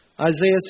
Isaiah